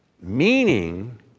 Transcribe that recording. Meaning